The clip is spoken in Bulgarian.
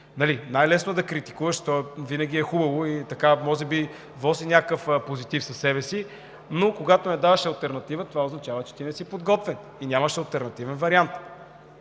Най-лесното е да критикуваш, то винаги е хубаво и може би носи някакъв позитив със себе си, но когато не даваш алтернатива, това означава, че ти не си подготвен и нямаш алтернативен вариант.